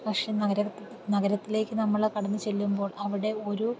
പക്ഷേ നഗര നഗരത്തിലേക്ക് നമ്മൾ കടന്നു ചെല്ലുമ്പോൾ അവിടെ ഒരു